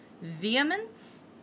Vehemence